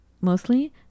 mostly